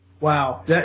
Wow